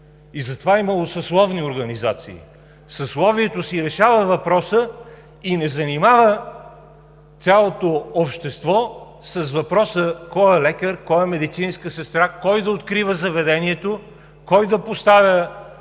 Затова е имало съсловни организации. Съсловието си решава и не занимава цялото общество с въпросите: кой е лекар, кой е медицинска сестра, кой да открива заведението, кой да поставя